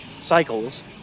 cycles